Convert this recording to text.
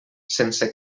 sense